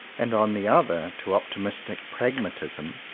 and on the other to optimistic pragmatism,